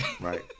Right